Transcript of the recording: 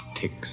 ticks